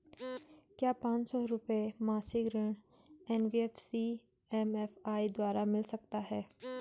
क्या पांच सौ रुपए मासिक ऋण एन.बी.एफ.सी एम.एफ.आई द्वारा मिल सकता है?